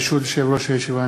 ברשות יושב-ראש הישיבה,